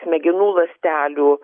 smegenų ląstelių